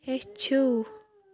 ہیٚچھِو